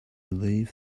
leave